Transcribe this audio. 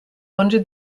under